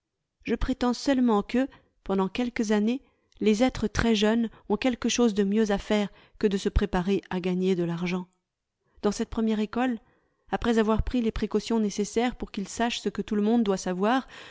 je prétends seulement que pendant quelques années les êtres très jeunes ont quelque chose de mieux à faire que de se préparer à gagner de l'argent dans cette première école après avoir pris les précautions nécessaires pour qu'ils sachent ce que tout le monde doit savoir